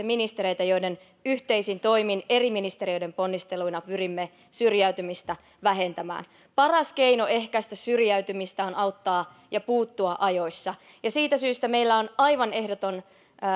ministereitä joiden yhteisin toimin eri ministeriöiden ponnisteluina pyrimme syrjäytymistä vähentämään paras keino ehkäistä syrjäytymistä on auttaa ja puuttua ajoissa ja siitä syystä meillä on aivan